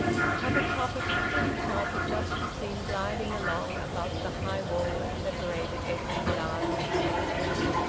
the covered top of the steam-car could just be seen gliding along above the high wall that separated edwin's garden from the street.